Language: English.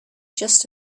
just